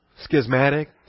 schismatic